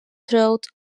trout